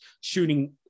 shooting